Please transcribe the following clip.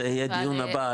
זה יהיה הדיון הבא,